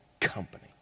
company